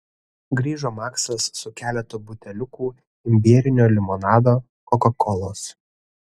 grįžo maksas su keletu buteliukų imbierinio limonado kokakolos